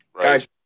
Guys